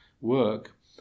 work